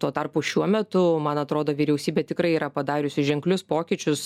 tuo tarpu šiuo metu man atrodo vyriausybė tikrai yra padariusi ženklius pokyčius